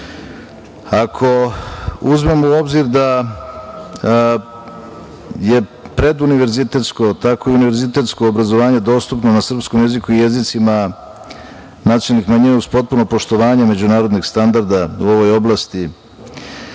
ako uzmemo u obzir da je preduniverzitetsko, tako i univerzitetsko obrazovanje dostupno na srpskom jeziku i jezicima nacionalnih manjina uz potpuno poštovanje međunarodnih standarda u ovoj oblasti,